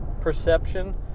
perception